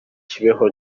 kibeho